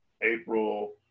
april